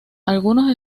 algunos